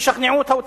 תשכנעו את האוצר.